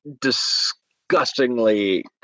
disgustingly